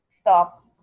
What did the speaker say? stop